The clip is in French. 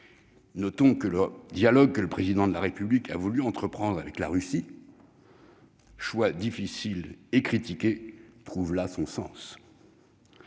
Notons que le dialogue que le Président de la République a voulu entreprendre avec la Russie, choix difficile et critiqué, trouve là son sens.